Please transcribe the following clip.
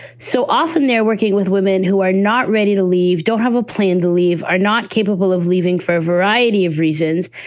so often they're working with women who are not ready to leave, don't have a plan to leave, are not capable of leaving for a variety of reasons.